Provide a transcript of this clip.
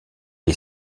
est